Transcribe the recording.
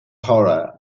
horror